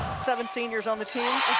seven seniors on the team.